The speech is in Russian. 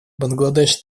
бангладеш